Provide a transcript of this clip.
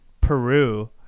peru